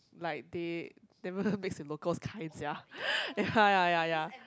like they never base in locals kind sia ya ya ya ya